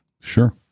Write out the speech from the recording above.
Sure